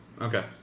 Okay